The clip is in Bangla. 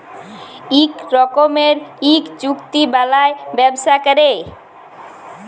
ইক রকমের ইক চুক্তি বালায় ব্যবসা ক্যরে